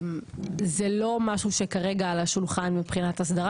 זה לא משהו שכרגע על השולחן מבחינת הסדרה,